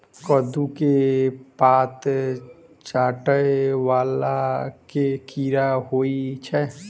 कद्दू केँ पात चाटय वला केँ कीड़ा होइ छै?